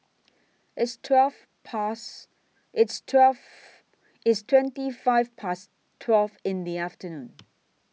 its twelve Past its twelve its twenty five Past twelve in The afternoon